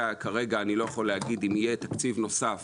כרגע אני לא יכול להגיד אם יהיה תקציב נוסף